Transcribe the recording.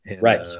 right